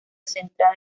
centrada